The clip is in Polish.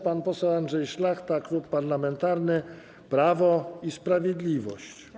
Pan poseł Andrzej Szlachta, Klub Parlamentarny Prawo i Sprawiedliwość.